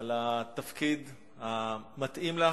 על התפקיד המתאים לך.